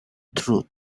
through